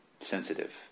sensitive